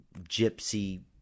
gypsy